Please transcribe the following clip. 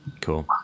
Cool